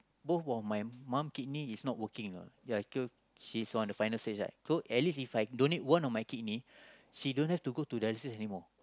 both of mum kidney is not working lah yeah because she is on the final stage right so at least If I donate one of kidney she don't have to go to dialysis anymore